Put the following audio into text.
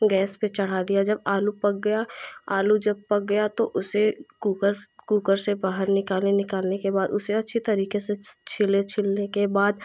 gas पे चढ़ा दिया जब आलू पक गया आलू जब पक गया तो उसे कूकर कूकर से बाहर निकाले निकालने के बाद उसे अच्छी तरीके से छीले छीलने के बाद